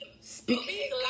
Speak